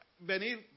venir